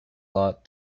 lot